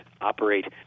operate